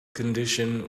condition